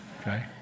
okay